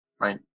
right